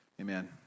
amen